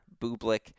Bublik